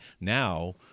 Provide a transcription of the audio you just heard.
Now